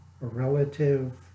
relative